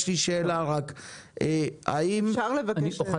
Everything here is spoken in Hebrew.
יש לי שאלה -- אפשר לבקש משהו?